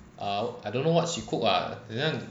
err I don't know what she cook lah 很像